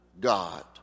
God